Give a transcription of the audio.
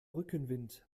rückenwind